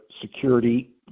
security